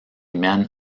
mène